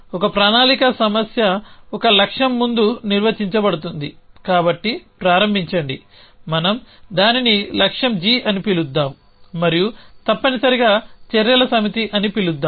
ఒక ప్రణాళికా సమస్య ఒక లక్ష్యం ముందు నిర్వచించబడుతుంది కాబట్టి ప్రారంభించండి మనం దానిని లక్ష్యం g అని పిలుద్దాం మరియు తప్పనిసరిగా చర్యల సమితి అని పిలుద్దాము